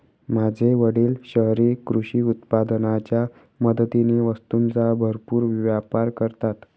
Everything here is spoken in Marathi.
माझे वडील शहरी कृषी उत्पादनाच्या मदतीने वस्तूंचा भरपूर व्यापार करतात